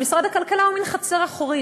נגיע ונוכל לטפל בזה.